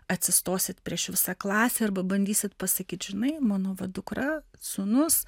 atsistosit prieš visą klasę arba bandysit pasakyti žinai mano dukra sūnus